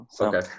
Okay